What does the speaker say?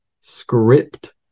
script